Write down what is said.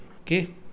okay